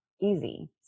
easy